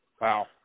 Wow